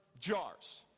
jars